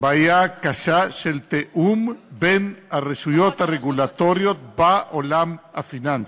בעיה קשה של תיאום בין הרשויות הרגולטוריות בעולם הפיננסי.